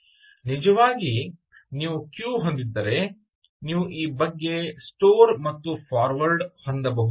ನಿಜವಾಗಿ ನೀವು ಕ್ಯೂ ಹೊಂದಿದ್ದರೆ ನೀವು ಈ ಬಗ್ಗೆ ಸ್ಟೋರ್ ಮತ್ತು ಫಾರ್ವರ್ಡ್ ಹೊಂದಬಹುದು